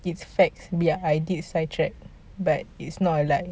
it's facts be ah I did sidetracked but it's not like